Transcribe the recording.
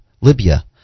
Libya